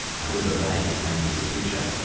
however vague it may be as a picture.